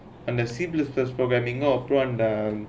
and the simplest plus programming அப்புறம்:appuram